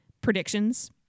predictions